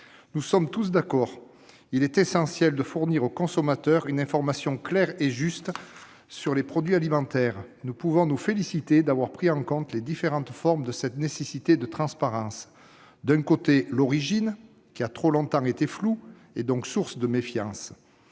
Nous sommes tous d'accord : il est essentiel de fournir aux consommateurs une information claire et juste sur les produits alimentaires. Nous pouvons nous féliciter d'avoir pris en compte les différentes formes de cette nécessité de transparence. D'un côté, l'origine, qui a trop longtemps été floue, donc source de méfiance.